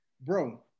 Bro